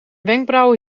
wenkbrauwen